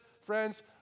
friends